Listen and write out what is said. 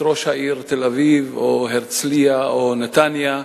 ראש העיר תל-אביב או הרצלייה או נתניה.